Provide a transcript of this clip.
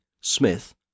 Smith